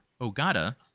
Ogata